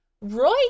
Roy